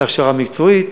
בהכשרה מקצועית.